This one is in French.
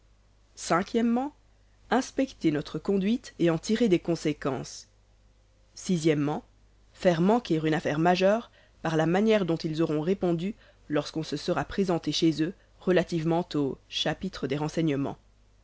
o inspecter notre conduite et en tirer des conséquences o faire manquer une affaire majeure par la manière dont ils auront répondu lorsqu'on se sera présenté chez eux relativement au chapitre des renseignemens